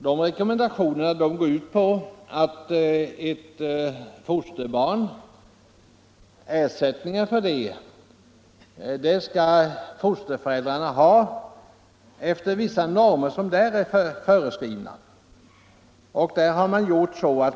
Dessa går ut på att ersättning för fosterbarn skall ges fosterföräldrarna efter vissa normer som föreskrivs.